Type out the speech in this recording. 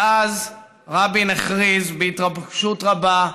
ואז רבין הכריז בהתרגשות רבה: